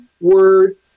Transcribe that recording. word